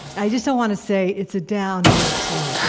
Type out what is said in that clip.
i just don't want to say it's a downhill slope,